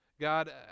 God